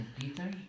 Peter